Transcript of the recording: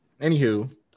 anywho